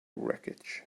wreckage